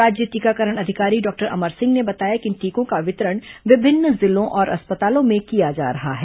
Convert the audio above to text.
राज्य टीकाकरण अधिकारी डॉक्टर अमर सिंह ने बताया कि इन टीकों का वितरण विभिन्न जिलों और अस्पतालों में किया जा रहा है